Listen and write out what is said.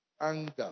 Anger